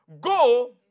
go